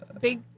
big